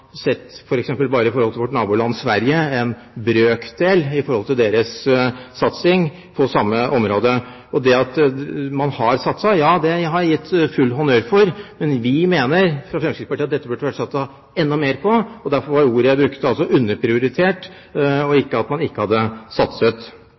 en brøkdel av deres satsing på det samme området. At man har satset, har jeg gitt full honnør til. Men vi fra Fremskrittspartiet mener at det burde ha vært satset enda mer på dette. Derfor var ordet jeg brukte